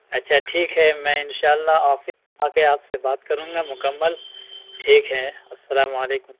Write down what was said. اچھا ٹھیک ہے میں ان شاء اللہ آفس وہ کے آپ سے بات کروں گا مکمل ٹھیک ہے السلام علیکم